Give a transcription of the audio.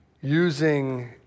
using